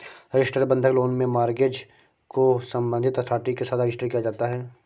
registered बंधक loan में mortgage को संबंधित अथॉरिटी के साथ रजिस्टर किया जाता है